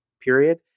period